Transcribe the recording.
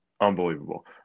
unbelievable